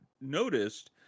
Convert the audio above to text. noticed